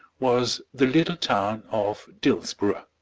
was the little town of dillsborough.